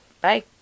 Bye